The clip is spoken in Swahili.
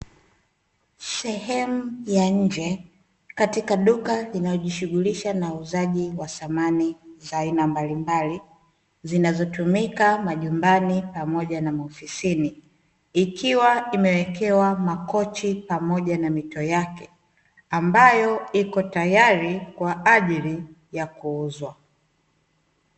Sehemu ya nje katika duka linalojishughulisha na uuzaji wa samani za aina mbalimbali, zinazotumika majumbani pamoja na maofisini ikiwa imewekewa makochi pamoja na mito yake ambayo iko tayari kwaajili ya kuuzwa.